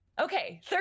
okay